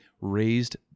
raised